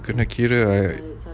kena kira like